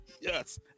Yes